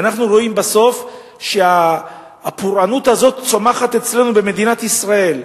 ואנחנו רואים בסוף שהפורענות הזאת צומחת אצלנו במדינת ישראל,